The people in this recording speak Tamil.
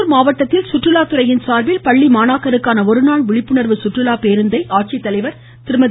இருவரி அரியலூர் மாவட்டத்தில் சுற்றுலா துறையின் சார்பில் பள்ளி மாணாக்கருக்கான ஒருநாள் விழிப்புணர்வு சுற்றுலா பேருந்தினை ஆட்சித்தலைவர் திருமதி